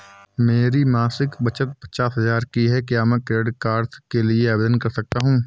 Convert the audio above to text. मेरी मासिक बचत पचास हजार की है क्या मैं क्रेडिट कार्ड के लिए आवेदन कर सकता हूँ?